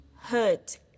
hurt